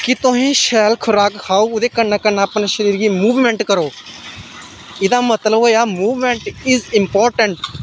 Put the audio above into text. कि तुसें शैल खराक खाओ ओह्दे कन्नै कन्नै अपने शरीर गी मूवमेंट करो एह्दा मतलब होएआ मूवमेंट इज इंपार्टेंट